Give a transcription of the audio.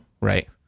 right